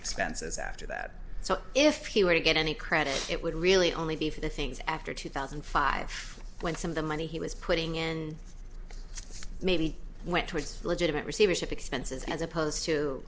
expenses after that so if he were to get any credit it would really only be for the things after two thousand and five when some of the money he was putting in maybe went towards legitimate receivership expenses as opposed to